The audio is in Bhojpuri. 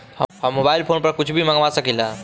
हम मोबाइल फोन पर कुछ भी मंगवा सकिला?